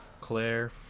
Claire